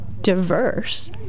diverse